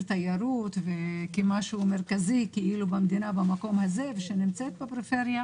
תיירות וכמשהו מרכזי במדינה ושנמצאת בפריפריה,